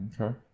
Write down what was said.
okay